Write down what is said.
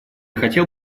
хотел